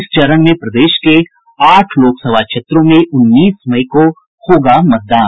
इस चरण में प्रदेश के आठ लोकसभा क्षेत्रों में उन्नीस मई को होगा मतदान